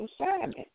assignment